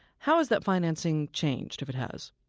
how has that financing changed, if it has?